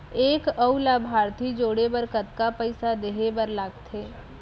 एक अऊ लाभार्थी जोड़े बर कतका पइसा देहे बर लागथे?